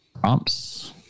prompts –